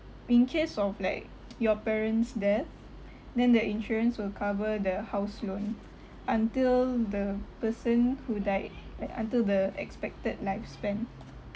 in case of like your parents' death then the insurance will cover the house loan until the person who died like until the expected lifespan